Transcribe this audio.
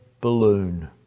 balloon